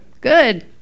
Good